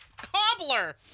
Cobbler